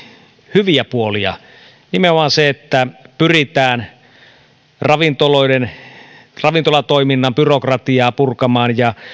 hyviä puolia nimenomaan se että pyritään ravintolatoiminnan byrokratiaa purkamaan ja